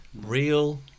Real